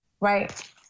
Right